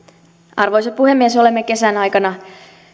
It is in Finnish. arvoisa puhemies olemme kesän aikana